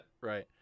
Right